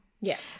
Yes